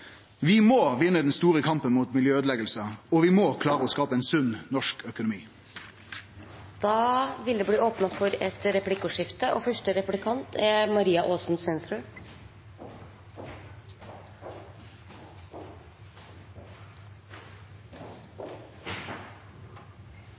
Vi må vinne den store kampen mot miljøøydeleggingane, og vi må klare å skape ein sunn norsk økonomi. Det blir replikkordskifte. Jeg registrerer at representanten Knag Fylkesnes ønsker å avlive myten om Høyre som et næringsvennlig parti, og